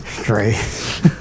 Great